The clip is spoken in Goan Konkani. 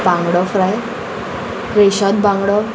बांगडो फ्राय रेशाद बांगडो